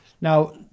Now